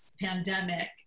pandemic